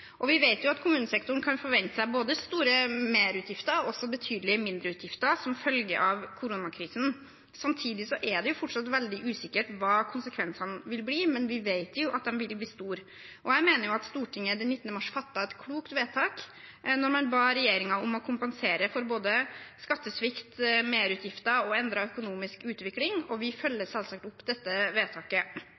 Vi vet jo at kommunesektoren kan forvente både store merutgifter og også betydelige mindreutgifter som følge av koronakrisen. Samtidig er det fortsatt veldig usikkert hva konsekvensene vil bli, men vi vet at de vil bli store. Jeg mener at Stortinget den 19. mars fattet et klokt vedtak da man ba regjeringen om å kompensere for både skattesvikt, merutgifter og endret økonomisk utvikling, og vi følger selvsagt opp dette vedtaket.